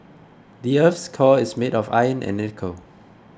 the earth's core is made of iron and nickel